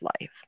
life